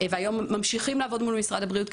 והיום אנחנו והיום אנחנו ממשיכים לעבוד מול משרד הבריאות,